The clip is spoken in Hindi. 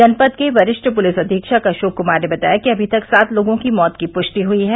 जनपद के वरिष्ठ पुलिस अधीक्षक अशोक कुमार ने बताया कि अमी तक सात लोगों की मौत की पृष्टि हई है